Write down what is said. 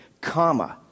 comma